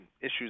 issues